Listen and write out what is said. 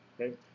Okay